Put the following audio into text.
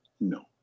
No